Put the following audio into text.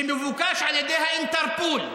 שמבוקש על ידי האינטרפול,